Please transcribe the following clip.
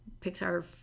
Pixar